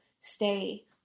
stay